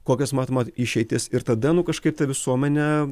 kokias matoma išeitis ir tada nu kažkaip ta visuomenė